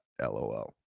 LOL